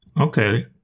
Okay